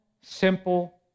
simple